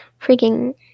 freaking